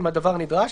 אם הדבר נדרש".